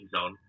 on